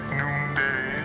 noonday